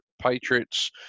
Patriots